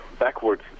Backwards